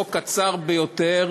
חוק קצר ביותר,